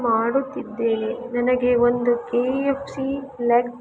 ಮಾಡುತ್ತಿದ್ದೇನೆ ನನಗೆ ಒಂದು ಕೆ ಎಫ್ ಸಿ ಲೆಗ್